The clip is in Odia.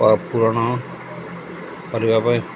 ପୂରଣ କରିବା ପାଇଁ